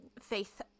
faith